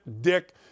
dick